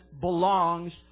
belongs